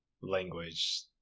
language